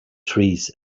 trees